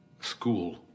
school